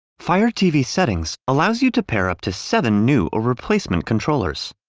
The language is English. fire tv settings allows you to pair up to southern new or replacement controllers.